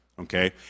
okay